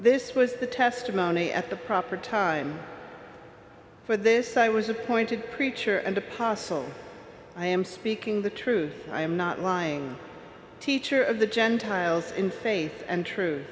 this was the testimony at the proper time for this i was appointed preacher and apostle i am speaking the truth i am not lying teacher of the gentiles in faith and tru